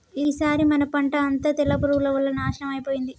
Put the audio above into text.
ఈసారి మన పంట అంతా తెల్ల పురుగుల వల్ల నాశనం అయిపోయింది